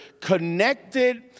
connected